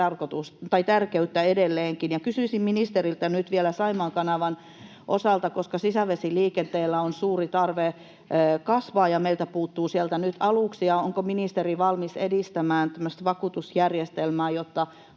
tärkeyttä edelleenkin, ja kysyisin ministeriltä nyt vielä Saimaan kanavan osalta, koska sisävesiliikenteellä on suuri tarve kasvaa ja meiltä puuttuu sieltä nyt aluksia: onko ministeri valmis edistämään tämmöistä vakuutusjärjestelmää, jotta